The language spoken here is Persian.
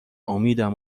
امیدم